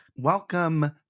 welcome